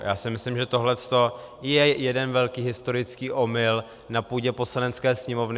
Já si myslím, že tohle je jeden velký historický omyl na půdě Poslanecké sněmovny.